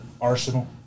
Arsenal